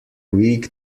weak